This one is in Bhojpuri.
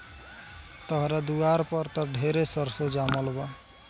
तहरा दुआर पर त ढेरे सरसो जामल बा